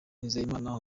nizigiyimana